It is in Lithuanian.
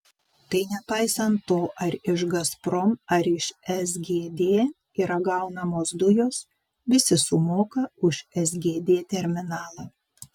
tai nepaisant to ar iš gazprom ar iš sgd yra gaunamos dujos visi sumoka už sgd terminalą